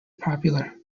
popular